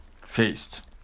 faced